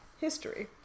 history